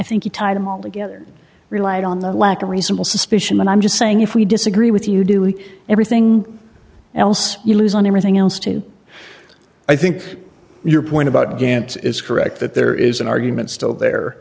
think you tied them all together relied on the lack of reasonable suspicion and i'm just saying if we disagree with you doing everything else you lose on everything else too i think your point about gant is correct that there is an argument still there